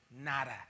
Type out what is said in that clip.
nada